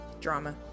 Drama